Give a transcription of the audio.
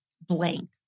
blank